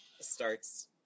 starts